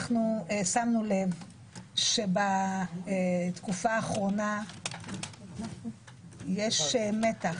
אנחנו שמנו לב שבתקופה האחרונה יש מתח